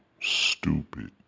stupid